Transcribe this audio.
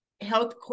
health